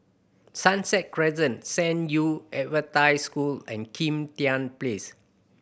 Sunset Crescent San Yu Adventist School and Kim Tian Place